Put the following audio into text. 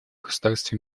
государств